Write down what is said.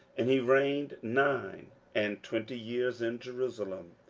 and he reigned nine and twenty years in jerusalem.